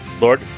Lord